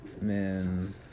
man